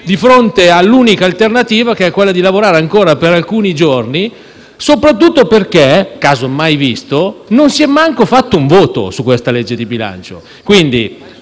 di fronte all'unica alternativa, che è quella di lavorare ancora per alcuni giorni, soprattutto perché - caso mai visto - non si è fatto ancora un voto sul disegno di legge di bilancio.